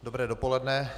Dobré dopoledne.